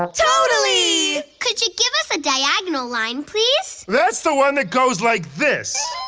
um totally! could you give us a diagonal line, please? that's the one that goes like this.